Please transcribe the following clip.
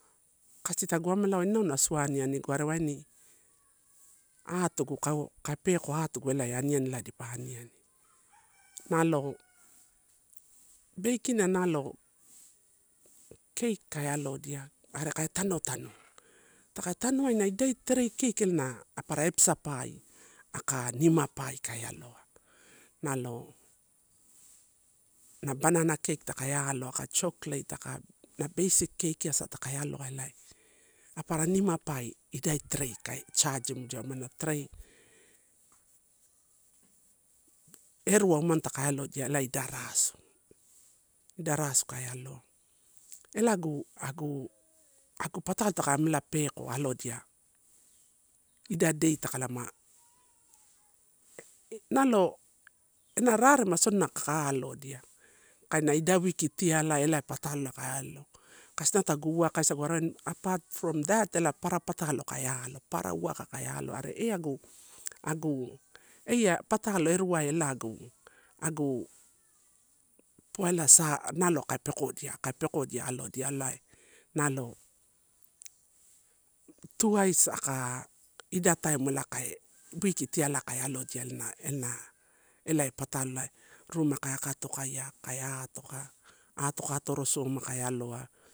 Kasi tagu amela waina inana sua anianigu, waini atugu kau, kai peko atugu elaia aniani elae dipa aniani. Nalo baking nalo cake ka alodia are ka tanotano, taka tano aina idai tray cake na apara episa pae aka nima pae kai alo a nalo na banana cake taka aloa, aka chocolate, aka na basic cake asa taka alo a elae apara nima pae idai tray ka charge im dia umana tray, erua umane takai alodia elai idai rasu, idia rau kai aloa, ela agu, agu patalo taka amela peka alodia ida dei, nalo ena rarema sodina kaka alodia. Kaina idai weeki tialai elae, elaia patalo ela ka alo, kasi inau tagu uwaka isagu, apart from that ela. Papara patalo ka alo, papara uwaka kai alo, are eagu, agu, eia patalo erua ela agu, agu, poaela sa nalo kui pekodia, kai pekodia alodia alae nalo taka ida taim ela ka weeki tialai kai alodia ela na, ela na elai ia patalo elae ruma kai akatokaia, kai atoka, atoka atorosoma kao aloa.